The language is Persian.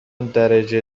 درجه